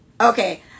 okay